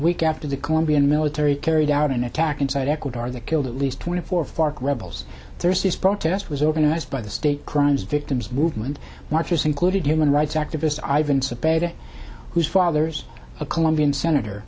week after the colombian military carried out an attack inside ecuador that killed at least twenty four fark rebels there's this protest was organized by the state crimes victims movement marchers included human rights activist ivan sabbat whose fathers a colombian senator